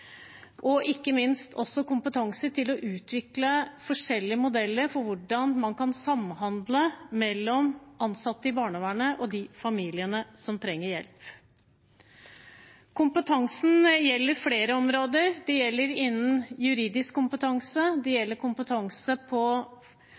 og ikke minst også kompetanse til å utvikle forskjellige modeller for hvordan man kan samhandle mellom ansatte i barnevernet og de familiene som trenger hjelp. Kompetansen gjelder flere områder. Det gjelder innen juridisk kompetanse, det